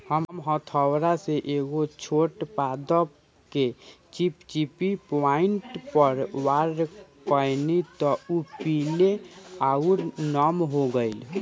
हम हथौड़ा से एगो छोट पादप के चिपचिपी पॉइंट पर वार कैनी त उ पीले आउर नम हो गईल